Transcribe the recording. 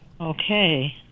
Okay